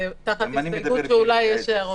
זה תחת הסתייגות שאולי יש הערות.